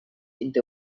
into